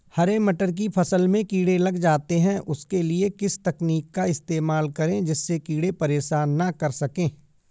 हरे मटर की फसल में कीड़े लग जाते हैं उसके लिए किस तकनीक का इस्तेमाल करें जिससे कीड़े परेशान ना कर सके?